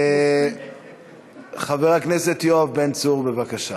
זה מספיק.